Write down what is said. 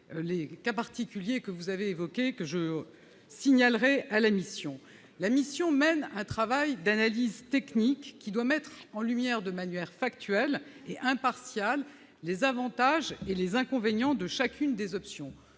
les cas particuliers que vous avez évoqué, que je signalerai à la mission, la mission mène un travail d'analyse technique, qui doit mettre en lumière, de manière factuelle impartial les avantages et les inconvénients de chacune des options